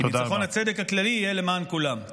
כי ניצחון הצדק הכללי יהיה למען כולם.